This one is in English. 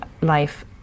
life